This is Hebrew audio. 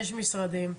יש משרדים.